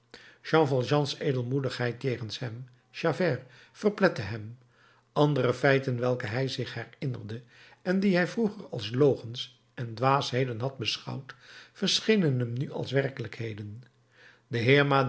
jean valjeans edelmoedigheid jegens hem javert verplette hem andere feiten welke hij zich herinnerde en die hij vroeger als logens en dwaasheden had beschouwd verschenen hem nu als werkelijkheden de